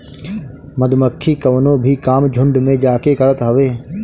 मधुमक्खी कवनो भी काम झुण्ड में जाके करत हवे